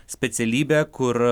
specialybę kur